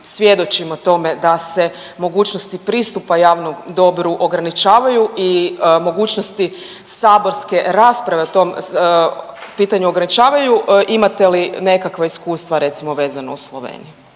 svjedočimo tome da se mogućnosti pristupa javnom dobru ograničavaju i mogućnosti saborske rasprave o tom pitanju ograničavaju, imate li nekakva iskustva recimo vezana uz Sloveniju?